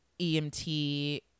EMT